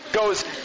goes